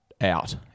out